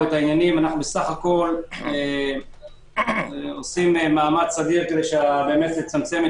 אנחנו סך הכול עושים מאמץ אדיר כדי לצמצם את